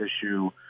issue